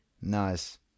Nice